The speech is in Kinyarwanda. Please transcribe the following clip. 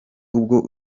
ubwo